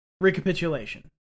Recapitulation